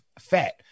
fat